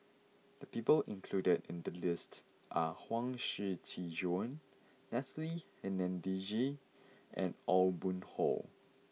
the people included in the list are Huang Shiqi Joan Natalie Hennedige and Aw Boon Haw